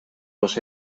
los